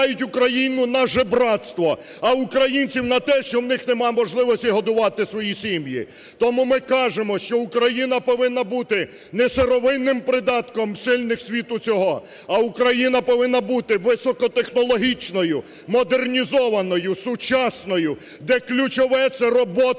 Україна повинна бути не сировинним придатком сильних світу цього, а Україна повинна бути високотехнологічною, модернізованою, сучасною, де ключове, це робота